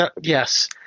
Yes